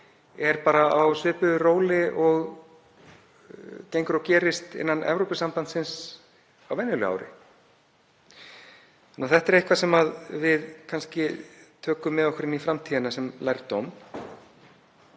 eru bara á svipuðu róli og gengur og gerist innan Evrópusambandsins á venjulegu ári. Það er eitthvað sem við tökum kannski með okkur inn í framtíðina sem lærdóm.